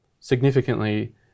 significantly